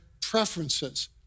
preferences